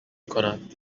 کند